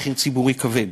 מחיר ציבורי כבד.